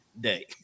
day